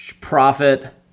Profit